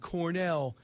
Cornell